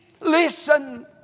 listen